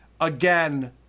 again